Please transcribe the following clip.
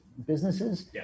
businesses